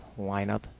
lineup